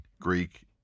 Greek